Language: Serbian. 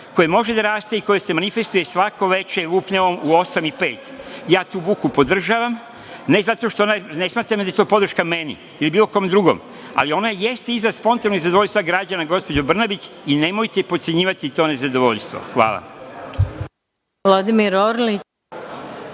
koje može da raste i koje se manifestuje svako veče lupnjavom u 8.05 časova. Ja tu buku podržavam, ne zato što smatram da je to podrška meni ili bilo kom drugom, ali ona jeste iz spontanog nezadovoljstva građana gospođo Brnabić i nemojte potcenjivati to nezadovoljstvo. Hvala.